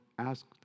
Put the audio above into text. asked